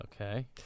Okay